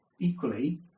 Equally